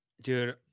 Dude